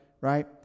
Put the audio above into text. right